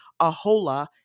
Ahola